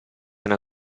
una